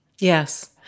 Yes